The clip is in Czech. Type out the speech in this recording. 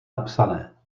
napsané